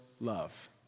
love